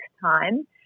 time